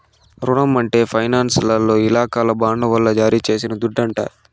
రునం అంటే ఫైనాన్సోల్ల ఇలాకాల బాండ్ల వల్ల జారీ చేసిన దుడ్డంట